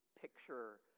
picture